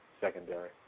secondary